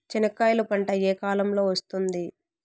చెనక్కాయలు పంట ఏ కాలము లో వస్తుంది